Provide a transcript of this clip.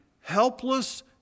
helpless